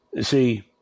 See